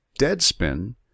Deadspin